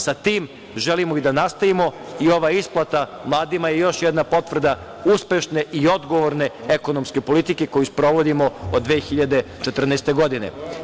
Sa tim želimo i da nastavimo i ova isplata mladima je još jedna potvrda uspešne i odgovorne ekonomske politike koju sprovodimo od 2014. godine.